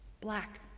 Black